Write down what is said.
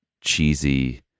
cheesy